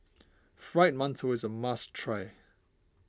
Fried Mantou is a must try